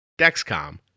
Dexcom